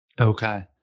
Okay